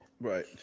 Right